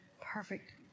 perfect